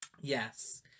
Yes